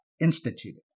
instituted